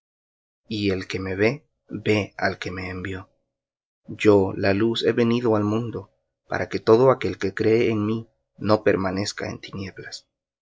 y el que me ve ve al que me envió yo luz he venido al mundo para que todo aquel que cree en mí no permanezca en tinieblas